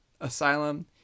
asylum